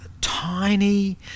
tiny